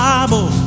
Bible